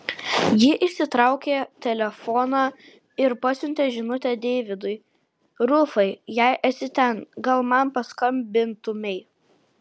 ji išsitraukė telefoną ir pasiuntė žinutę deividui rufai jei esi ten gal man paskambintumei